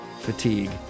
fatigue